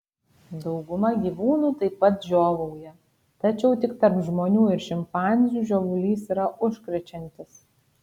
dauguma gyvūnų taip pat žiovauja tačiau tik tarp žmonių ir šimpanzių žiovulys yra užkrečiantis